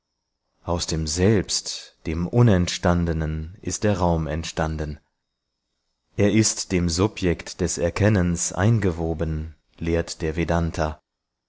aus dem selbst dem unentstandenen ist der raum entstanden er ist dem subjekt des erkennens eingewoben lehrt der